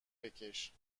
بکش